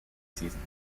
seasons